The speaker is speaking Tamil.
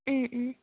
ம் ம்